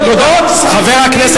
אנחנו צריכים לברוח, אנחנו צריכים לברוח.